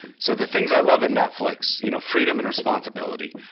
so the things i love in netflix you know freedom and responsibility.